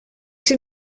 zit